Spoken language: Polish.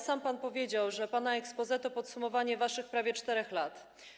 sam pan powiedział, że pana exposé to podsumowanie waszych prawie 4 lat.